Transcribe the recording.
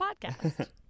podcast